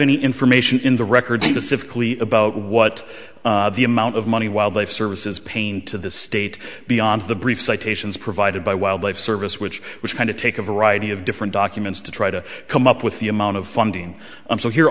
any information in the records specific about what the amount of money wildlife service is paying to the state beyond the brief citations provided by wildlife service which which kind of take a variety of different documents to try to come up with the amount of funding i'm so here